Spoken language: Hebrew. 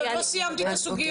עוד לא סיימתי את הסוגיות,